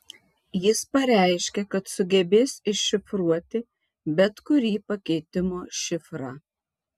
jis pareiškė kad sugebės iššifruoti bet kurį pakeitimo šifrą